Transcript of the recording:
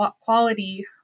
quality